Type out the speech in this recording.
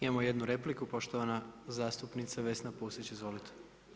Imamo jednu repliku, poštovana zastupnica Vesna Pusić, izvolite.